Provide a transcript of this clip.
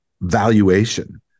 valuation